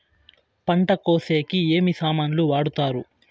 పంట కోసేకి ఏమి సామాన్లు వాడుతారు?